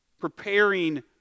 Preparing